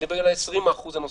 אבל אני מדבר על ה-20% הנוספים,